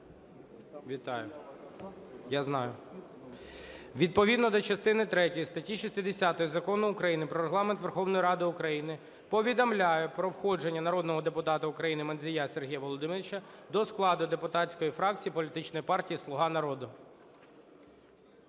Відповідно до частини третьої статті 60 Закону України про "Регламент Верховної Ради України" повідомляю про входження народного депутата України Мандзія Сергія Володимировича до складу депутатської фракції політичної партії "Слуга народу".